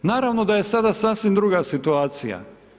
Naravno da je sada sasvim druga situacija.